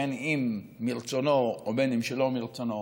אם מרצונו ואם שלא מרצונו,